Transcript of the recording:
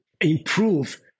improve